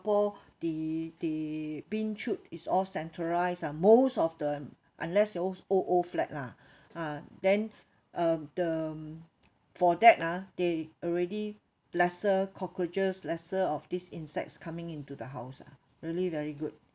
the the bin chute is all centralized ah most of the unless those old old flat lah ah then uh the for that ah they already lesser cockroaches lesser of these insects coming into the house ah really very good